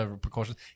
precautions